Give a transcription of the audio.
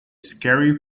scary